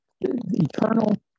eternal